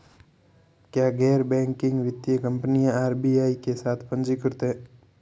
क्या गैर बैंकिंग वित्तीय कंपनियां आर.बी.आई के साथ पंजीकृत हैं?